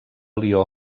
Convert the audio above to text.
lió